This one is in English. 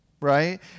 right